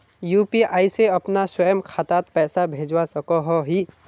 UPI से अपना स्वयं खातात पैसा भेजवा सकोहो ही?